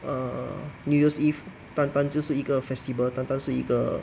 err new year's eve 单单就是一个 festival 单单是一个